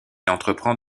entreprend